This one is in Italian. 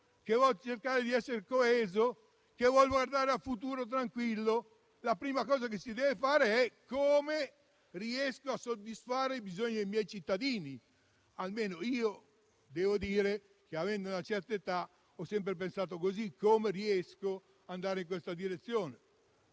che vuol cercare di essere coeso, che vuol guardare a un futuro tranquillo, la prima cosa che deve fare è chiedersi come soddisfare i bisogni dei propri cittadini. Almeno, avendo io una certa età, ho sempre pensato così: come riesco ad andare in questa direzione?